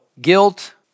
guilt